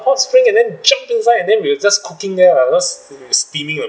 hot spring and then jumped inside and then we were just cooking there lah you know s~ we were steaming uh